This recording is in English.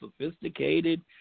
sophisticated